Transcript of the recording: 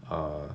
err